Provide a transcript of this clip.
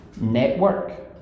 network